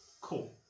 Cool